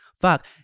fuck